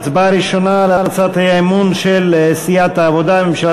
ההצבעה הראשונה על הצעת האי-אמון של סיעת העבודה: ממשלה